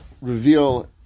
reveal